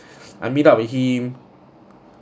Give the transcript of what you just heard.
I meet up with him